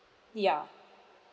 ya